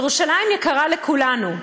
ירושלים יקרה לכולנו.